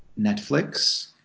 Netflix